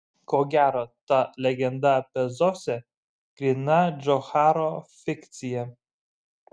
ko gero ta legenda apie zosę gryna džocharo fikcija